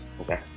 Okay